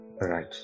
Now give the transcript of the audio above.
Right